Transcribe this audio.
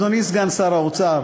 אדוני סגן שר האוצר